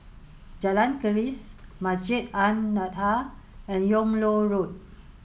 Jalan Keris Masjid An Nahdhah and Yung Loh Road